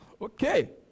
Okay